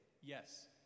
yes